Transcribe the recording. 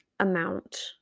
amount